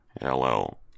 hello